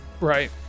Right